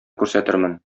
күрсәтермен